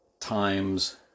times